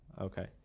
Okay